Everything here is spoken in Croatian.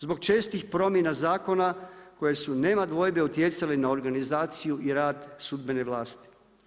Zbog čestih promjena zakona koji su nema dvojbe, utjecali na organizaciju i rad sudbene vlasti.